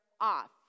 off